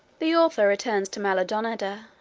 the author returns to maldonada.